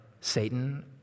Satan